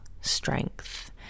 strength